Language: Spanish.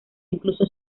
incluso